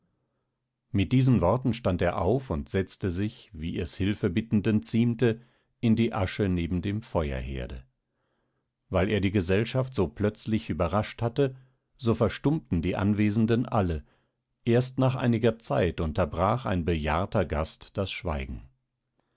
mit diesen worten stand er auf und setzte sich wie es hilfebittenden ziemte in die asche neben dem feuerherde weil er die gesellschaft so plötzlich überrascht hatte so verstummten die anwesenden alle erst nach einiger zeit unterbrach ein bejahrter gast das schweigen